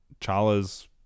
Chala's